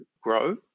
grow